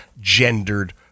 gendered